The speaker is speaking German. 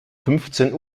fünfzehn